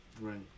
Right